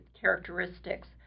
characteristics